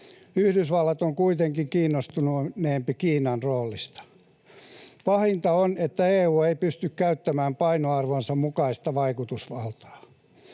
Yhdysvallat on kuitenkin kiinnostuneempi Kiinan roolista. Pahinta on, että EU ei pysty käyttämään painoarvonsa mukaista vaikutusvaltaa.